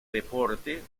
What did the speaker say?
deporte